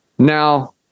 Now